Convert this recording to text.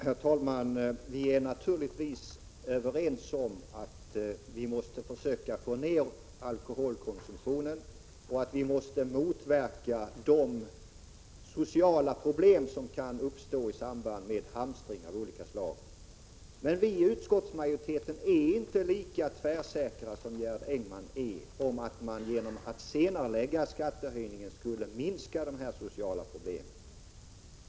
Herr talman! Vi är naturligtvis överens om att vi måste försöka få ner alkoholkonsumtionen och att vi måste motverka de sociala problem som kan uppstå i samband med hamstring av olika slag. Men vi i utskottsmajoriteten är inte lika tvärsäkra som Gerd Engman är om att man genom att senarelägga skattehöjningen skulle minska de sociala problemen.